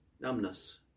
numbness